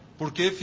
porque